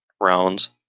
rounds